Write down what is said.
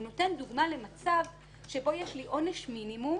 הוא נותן דוגמה למצב שבו שיש לי עונש מינימום